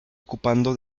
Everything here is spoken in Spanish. ocupando